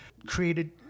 Created